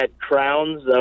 crowns